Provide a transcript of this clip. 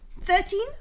Thirteen